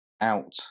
out